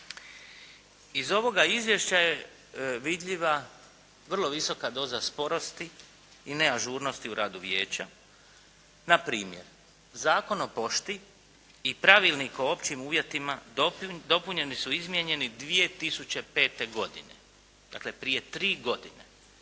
Iz ovoga izvješća je vidljiva vrlo visoka doza sporosti i neažurnosti u radu vijeća npr. Zakon o pošti i Pravilnik o općim uvjetima dopunjeni su i izmijenjeni 2005. godine, dakle prije tri godine.